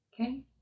Okay